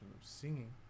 singing